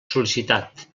sol·licitat